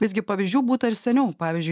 visgi pavyzdžių būta ir seniau pavyzdžiui